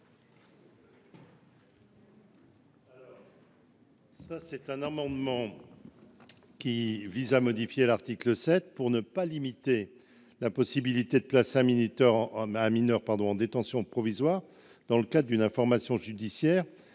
Cet amendement vise à modifier l’article 7 afin de ne pas limiter la possibilité de placer un mineur en détention provisoire dans le cadre d’une information judiciaire.